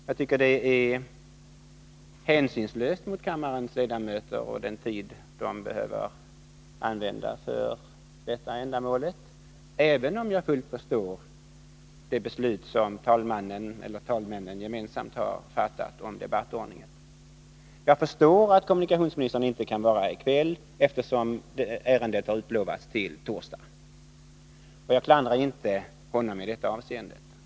Jag tycker att det är hänsynslöst mot kammarens ledamöter med tanke på den tid de behöver använda för dessa ändamål — även om jag har full förståelse för det beslut som talmannen eller talmännen gemensamt har fattat om debattordningen. Jag förstår att kommunikationsministern inte kan vara här i kväll, eftersom ärendet har utlovats till torsdag, och jag klandrar inte honom i detta avseende.